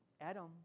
Adam